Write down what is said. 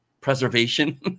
preservation